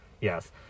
Yes